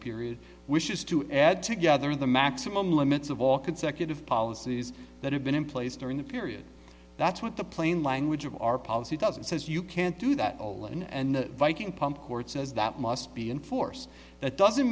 is to add together the maximum limits of all consecutive policies that have been in place during the period that's what the plain language of our policy does it says you can't do that and the viking pump court says that must be enforced that doesn't